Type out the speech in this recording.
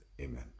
Amen